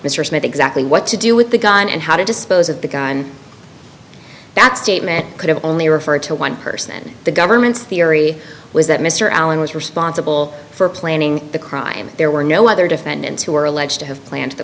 mr smith exactly what to do with the gun and how to dispose of the gun that statement could have only refer to one person the government's theory was that mr allen was responsible for planning the crime there were no other defendants who were alleged to have plan